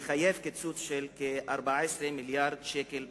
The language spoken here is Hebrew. שמחייבת קיצוץ של כ-14 מיליארד שקל בהוצאותיה.